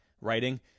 writing